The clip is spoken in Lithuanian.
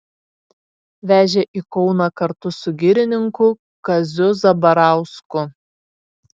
vežė į kauną kartu su girininku kaziu zabarausku